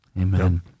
Amen